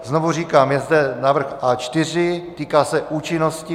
Znovu říkám, je zde návrh A4, týká se účinnosti.